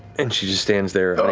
and she just stands there,